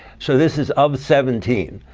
so this is of seventeen.